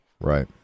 right